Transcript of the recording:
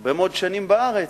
הרבה מאוד שנים בארץ.